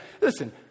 listen